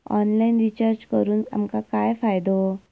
Online recharge करून आमका काय फायदो?